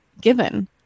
given